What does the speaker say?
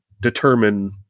determine